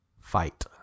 Fight